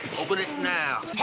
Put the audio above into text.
open it now.